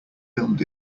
filmed